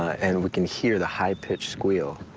and we can hear the high pitched squeal.